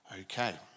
Okay